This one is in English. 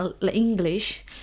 English